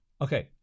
Okay